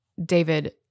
David